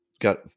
got